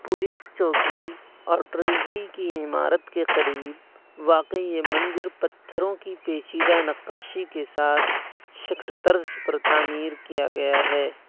police چوکی اور treasury کی عمارت کے قریب واقع یہ مندر پتھروں کی پیچیدہ نقاشی کے ساتھ شکھر طرز پر تعمیر کیا گیا ہے